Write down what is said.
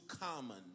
common